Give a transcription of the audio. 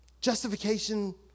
Justification